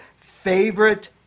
favorite